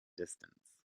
distance